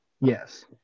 Yes